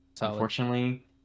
Unfortunately